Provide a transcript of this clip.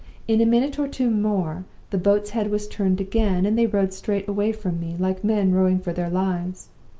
in a minute or two more the boat's head was turned again and they rowed straight away from me like men rowing for their lives.